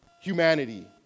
humanity